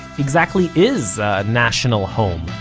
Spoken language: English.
exactly is a national home?